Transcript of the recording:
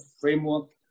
framework